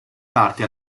parte